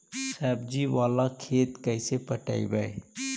सब्जी बाला खेत के कैसे पटइबै?